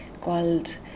called